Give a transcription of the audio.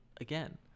Again